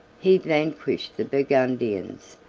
he vanquished the burgundians,